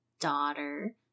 daughter